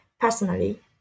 personally